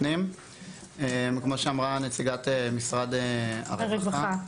כפי שאמרה נציגת משרד הרווחה,